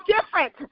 different